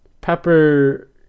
Pepper